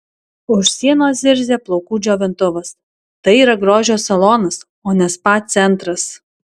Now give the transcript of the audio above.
už sienos zirzia plaukų džiovintuvas tai yra grožio salonas o ne spa centras